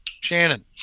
Shannon